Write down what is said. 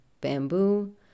bamboo